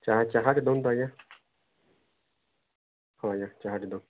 ଚା' ଚାହାଟେ ଦିଅନ୍ତୁ ଆଜ୍ଞା ହଁ ଆଜ୍ଞା ଚାହାଟେ ଦିଅ